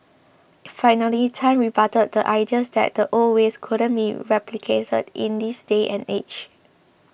finally Tan rebutted the ideas that the old ways couldn't be replicated in this day and age